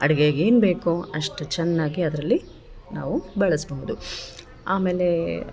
ಅಡಿಗೆಗೆ ಏನ್ಬೇಕೋ ಅಷ್ಟು ಚೆನ್ನಾಗಿ ಅದರಲ್ಲಿ ನಾವು ಬಳಸಬಹುದು ಆಮೇಲೆ